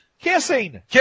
kissing